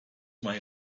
may